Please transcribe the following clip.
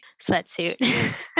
sweatsuit